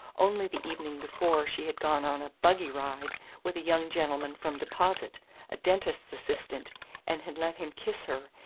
only the evening before she had gone on a buggy-ride with a young gentleman from deposit a dentist's assistant and had let him kiss her,